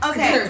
Okay